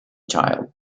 child